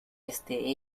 este